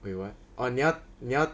don't want or 你要你要